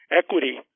equity